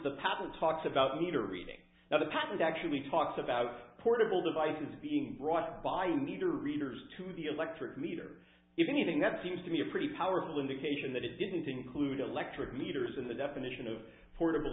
patent talks about meter reading now the patent actually talks about portable devices being brought by a meter readers to the electric meter if anything that seems to be a pretty powerful indication that it didn't include electric meters in the definition of portable